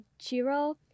Chiro